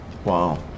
Wow